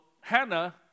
Hannah